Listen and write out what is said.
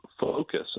focus